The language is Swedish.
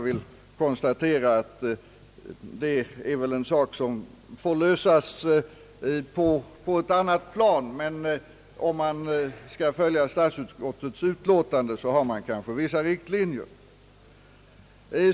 Det är en sak som får lösas på ett annat plan, men om man skall följa statsutskottets utlåtande, så har man kanske vissa riktlinjer.